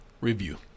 review